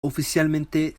oficialmente